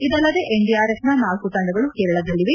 ಇದಲ್ಲದೆ ಎನ್ಡಿಆರ್ಎಫ್ನ ನಾಲ್ಕು ತಂಡಗಳು ಕೇರಳದಲ್ಲಿವೆ